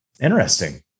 Interesting